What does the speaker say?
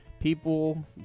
people